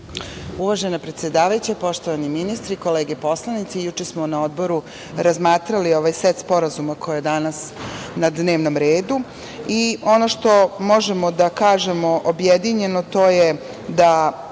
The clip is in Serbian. Uvažena predsedavajuća, poštovani ministri, kolege poslanici, juče smo na Odboru razmatrali ovaj set sporazuma koji je danas na dnevnom redu i ono što možemo da kažemo objedinjeno, to je da